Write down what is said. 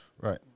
right